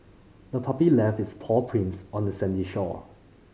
the puppy left its paw prints on the sandy shore